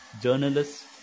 journalists